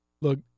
look